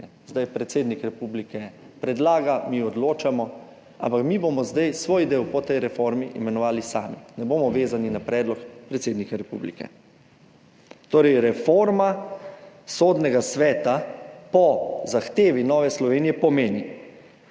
Zdaj predsednik republike predlaga, mi odločamo, ampak mi bomo zdaj svoj del, po tej reformi, imenovali sami, ne bomo vezani na predlog predsednika republike. Torej, reforma Sodnega sveta po zahtevi Nove Slovenije pomeni,